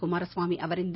ಕುಮಾರಸ್ಲಾಮಿ ಅವರಿಂದ